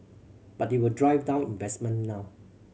but they will drive down investment now